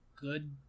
good